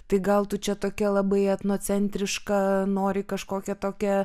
tai gal tu čia tokia labai etnocentriška nori kažkokią tokią